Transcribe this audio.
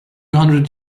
hundred